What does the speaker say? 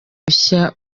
bishya